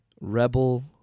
Rebel